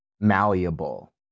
malleable